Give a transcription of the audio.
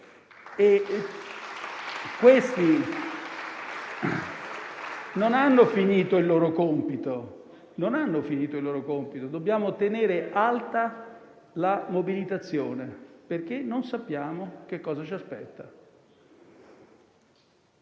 Questi non hanno finito il loro compito: dobbiamo tenere alta la mobilitazione, perché non sappiamo cosa ci aspetta.